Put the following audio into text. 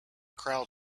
crowd